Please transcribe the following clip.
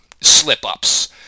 slip-ups